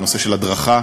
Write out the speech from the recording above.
בנושא של הדרכה,